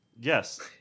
Yes